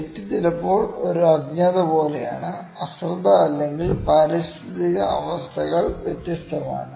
തെറ്റ് ചിലപ്പോൾ ഒരു അജ്ഞത പോലെയാണ് അശ്രദ്ധ അല്ലെങ്കിൽ പാരിസ്ഥിതിക അവസ്ഥകൾ വ്യത്യസ്തമാണ്